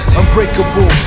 unbreakable